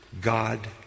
God